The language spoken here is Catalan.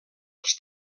els